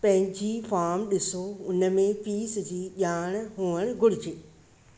पंहिंजी फाम डि॒सो हुनमें फीस जी ॼाणु हुअणु घुरिजे